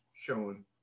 showing